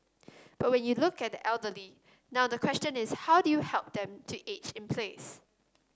but when you look at the elderly now the question is how do you help them to age in place